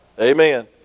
Amen